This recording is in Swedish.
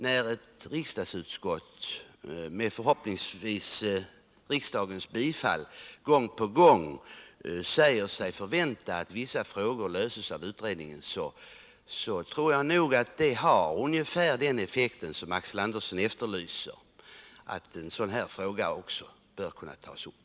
När ett riksdagsutskott, förhoppningsvis med riksdagens bifall, gång på gång säger sig förvänta att vissa frågor löses av utredningen, tror jag att detta får den effekt som Axel Andersson efterlyste, nämligen att frågorna också kan tas upp.